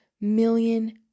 million